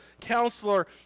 Counselor